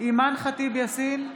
אימאן ח'טיב יאסין,